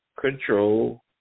control